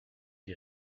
die